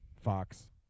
Fox